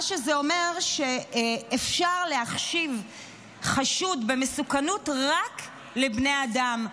מה שזה אומר זה שאפשר להחשיב חשוד במסוכנות רק לבני אדם.